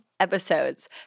Episodes